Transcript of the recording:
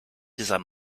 dieser